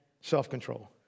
self-control